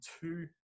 two